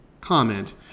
comment